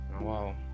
wow